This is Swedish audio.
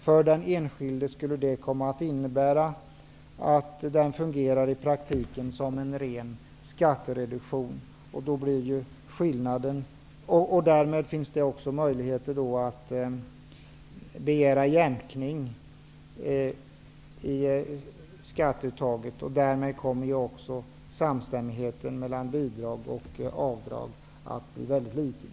För den enskilde skulle det i praktiken innebära ren skattereduktion. Det finns då också möjligheter till att begära jämkning i skatteuttaget. Samstämmigheten mellan bidrag och avdrag blir då väldigt liten.